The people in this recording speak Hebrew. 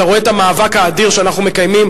אתה רואה את המאבק האדיר שאנחנו מקיימים